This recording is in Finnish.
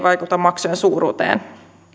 vaikuta maksujen suuruuteen